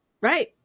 right